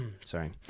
sorry